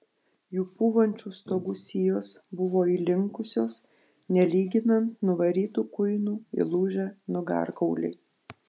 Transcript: jų pūvančių stogų sijos buvo įlinkusios nelyginant nuvarytų kuinų įlūžę nugarkauliai